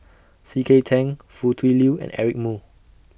C K Tang Foo Tui Liew and Eric Moo